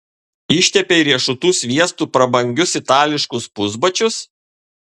ištepei riešutų sviestu prabangius itališkus pusbačius